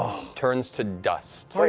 turns to dust.